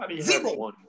Zero